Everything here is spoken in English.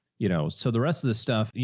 you know? so the rest of this stuff, you